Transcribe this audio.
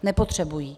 Nepotřebují.